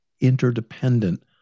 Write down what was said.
interdependent